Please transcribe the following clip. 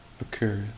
occurs